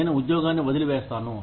నేను ఉద్యోగాన్ని వదిలి వేస్తాను